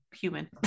human